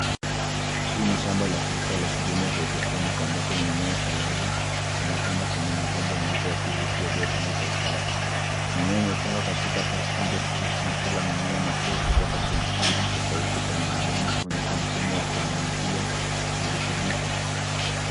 Huu ni shamba la kisasa la kilimo cha hydroponic ambapo mimea saladi inapandwa kwenye mabomba meupe ya pvc yaliyopangwa kwa usawa mimea imepangwa katika safu ndefu na kila mimea unakuwa kutoka kwenye tundu tofauti kwenye mabomba kuonyesha mfumo wa kunyunyuzia virutubisho